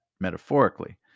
metaphorically